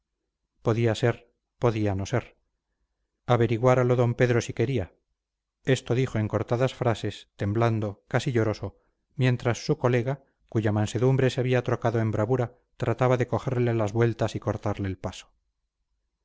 podía ser podía no ser averiguáralo d pedro si quería esto dijo en cortadas frases temblando casi lloroso mientras su colega cuya mansedumbre se había trocado en bravura trataba de cogerle las vueltas y cortarle el paso